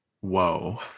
Whoa